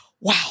wow